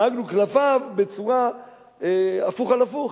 נהגנו כלפיו הפוך על הפוך,